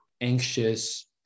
anxious